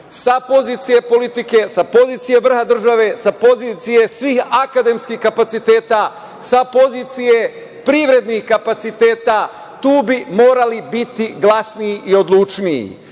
pozicije politike, sa pozicije vrha države, sa pozicije svih akademskih kapaciteta, sa pozicije privrednih kapaciteta, tu bi morali biti glasniji i odlučniji,